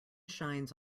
shines